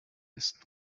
ist